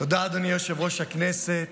אדוני יושב-ראש הכנסת.